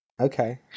Okay